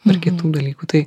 ar kitų dalykų tai